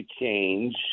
change